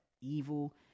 evil